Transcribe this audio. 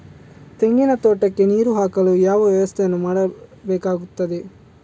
ತೆಂಗಿನ ತೋಟಕ್ಕೆ ನೀರು ಹಾಕಲು ಯಾವ ವ್ಯವಸ್ಥೆಯನ್ನು ಮಾಡಬೇಕಾಗ್ತದೆ?